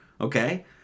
Okay